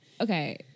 okay